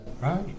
Right